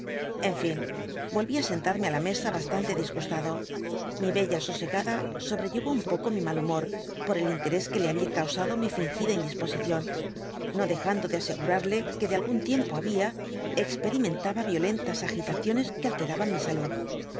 en fin yolyí á sentarme á la mesa bastante disgustado mi bella sosegada sobrellevó un poco mi mal humor por el interés que le habia causado mi fingida indisposición no dejando de asegurarle que de algún tiempo había experimentaba violentas agitaciones que alteraban mi talud